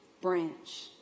branch